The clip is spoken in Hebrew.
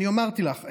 אני אמרתי לך,